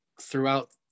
throughout